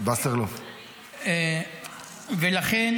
ולכן